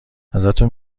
ازتون